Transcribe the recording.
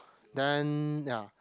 then ya